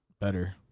better